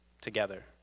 together